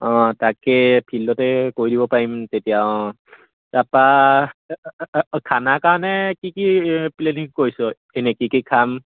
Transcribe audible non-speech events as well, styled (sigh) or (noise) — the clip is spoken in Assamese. অঁ তাকে ফিল্ডতে কৰি দিব পাৰিম তেতিয়া অঁ তাৰপৰা (unintelligible) খানাৰ কাৰণে কি কি প্লেনিং কৰিছ এনেই কি কি খাম